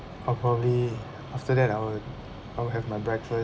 probably after that I'll I'll have my breakfast